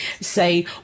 say